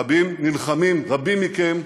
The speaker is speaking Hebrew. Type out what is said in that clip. רבים נלחמים, רבים מכם.